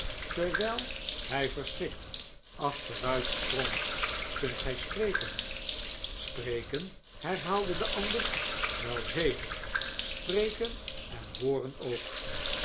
terwijl hij verschrikt achteruitsprong kunt gij spreken spreken herhaalde de ander wel zeker spreken en hooren ook